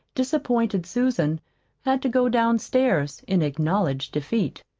disappointed susan had to go downstairs in acknowledged defeat.